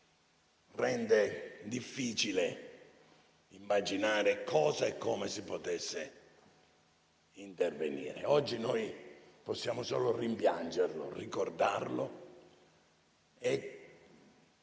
rende difficile immaginare come si potesse intervenire. Oggi noi possiamo solo rimpiangerlo, ricordarlo e,